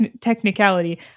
technicality